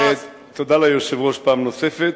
תודה ליושב-ראש פעם נוספת.